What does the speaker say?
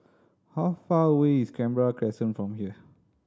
how far away is Canberra Crescent from here